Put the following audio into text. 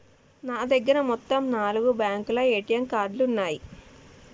నా దగ్గర మొత్తం నాలుగు బ్యేంకుల ఏటీఎం కార్డులున్నయ్యి